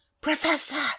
Professor